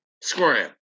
Scram